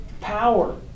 power